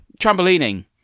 Trampolining